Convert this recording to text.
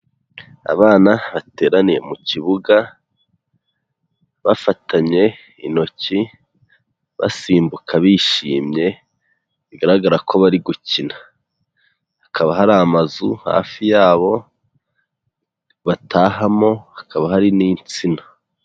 Abana bateraniye mu kibuga, bafatanye intoki basimbuka bishimye, bigaragara ko bari gukina, hakaba hari amazu hafi yabo batahamo, hakaba hari n'insina.